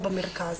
במרכז.